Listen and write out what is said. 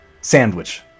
sandwich